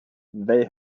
they